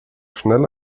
schnell